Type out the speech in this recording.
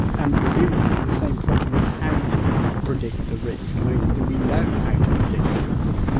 and presumably the same problem with how you predict the risk, and i mean do we know how to predict the risk?